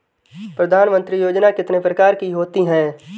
प्रधानमंत्री योजना कितने प्रकार की होती है?